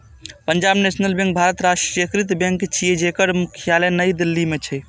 Punjab National Bank भारतक राष्ट्रीयकृत bank छियै, जेकर मुख्यालय नई दिल्ली मे छै